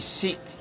seek